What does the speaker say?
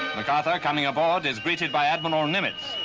macarthur coming aboard is greeted by admiral mimitz.